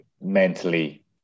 mentally